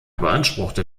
beanspruchte